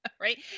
Right